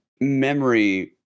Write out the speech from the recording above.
memory